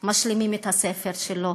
משלימים את הספר שלו.